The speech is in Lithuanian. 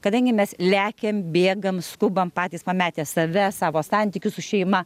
kadangi mes lekiam bėgam skubam patys pametę save savo santykius su šeima